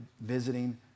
visiting